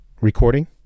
recording